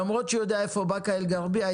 למרות שהוא יודע איפה באקה אל גרביה,